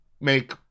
make